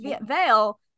Veil